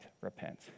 repent